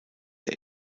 der